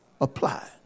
Apply